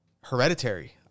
hereditary